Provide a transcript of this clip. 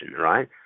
right